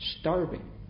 Starving